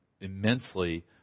immensely